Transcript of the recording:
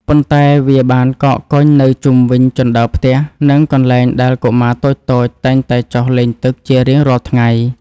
ប៉ុន្តែវាបានកកកុញនៅជុំវិញជណ្តើរផ្ទះ និងកន្លែងដែលកុមារតូចៗតែងតែចុះលេងទឹកជារៀងរាល់ល្ងាច។